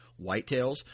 whitetails